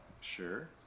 sure